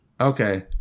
Okay